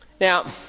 Now